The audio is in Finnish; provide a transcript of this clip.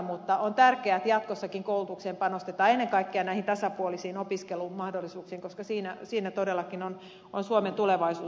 mutta on tärkeää että jatkossakin koulutukseen panostetaan ennen kaikkea näihin tasapuolisiin opiskelumahdollisuuksiin koska siinä todellakin on suomen tulevaisuus